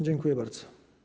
Dziękuję bardzo.